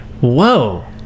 Whoa